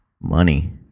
money